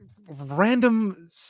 random